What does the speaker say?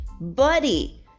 buddy